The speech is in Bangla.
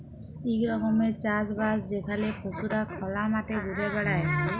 ইক রকমের চাষ বাস যেখালে পশুরা খলা মাঠে ঘুরে বেড়ায়